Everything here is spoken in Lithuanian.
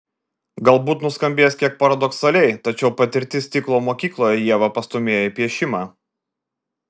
galbūt nuskambės kiek paradoksaliai tačiau patirtis stiklo mokykloje ievą pastūmėjo į piešimą